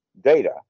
data